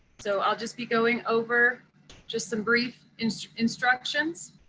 so i'll just be going over just some brief instructions.